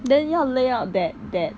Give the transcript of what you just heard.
then 要 lay out that that